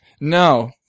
no